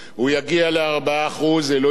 אלוהים שישמור אם הוא יעבור את זה.